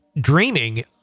dreaming